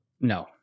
No